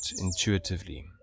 intuitively